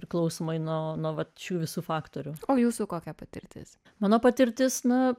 priklausomai nuo nuolat šių visų faktorių o jūsų kokia patirtis mano patirtis na